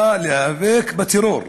היא באה להיאבק בטרור.